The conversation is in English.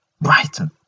Brighton